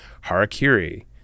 Harakiri